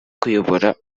kuyobora